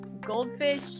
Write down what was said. goldfish